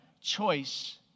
choice